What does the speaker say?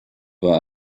war